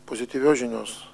pozityvios žinios